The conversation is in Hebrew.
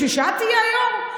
בשביל שאת תהיי היו"ר?